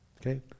okay